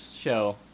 show